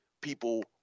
people